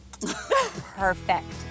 perfect